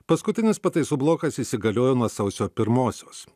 paskutinis pataisų blokas įsigaliojo nuo sausio pirmosios